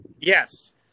Yes